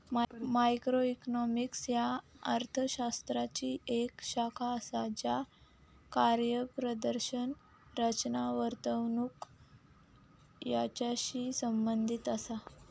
macroeconomics ह्या अर्थ शास्त्राची येक शाखा असा ज्या कार्यप्रदर्शन, रचना, वर्तणूक यांचाशी संबंधित असा